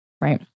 Right